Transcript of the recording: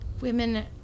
women